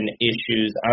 issues